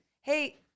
Hey